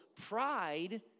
pride